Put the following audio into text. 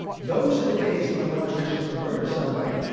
those are the days when i want to viciously murder somebody.